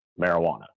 marijuana